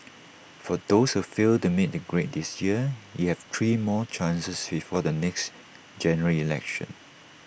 for those who failed to make the grade this year you have three more chances before the next General Election